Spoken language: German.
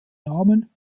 namen